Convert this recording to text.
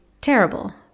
terrible